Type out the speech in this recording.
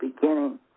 beginning